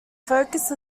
focus